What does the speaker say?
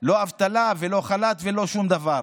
לא אבטלה ולא חל"ת ולא שום דבר.